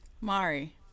Mari